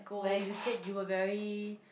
where you said you were very